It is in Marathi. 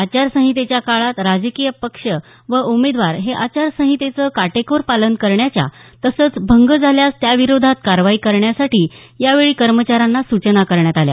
आचार संहितेच्या काळात राजकीय पक्ष व उमेदवार हे आचार संहितेचं काटेकोर पालन करण्याच्या तसंच भंग झाल्यास त्याविरोधात कारवाई करण्यासाठी यावेळी कर्मचाऱ्यांना सूचना करण्यात आल्या